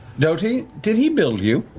doty? did he build you?